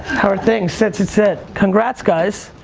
how are things? sit, sit, sit. congrats guys.